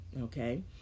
okay